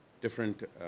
different